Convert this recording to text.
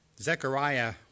Zechariah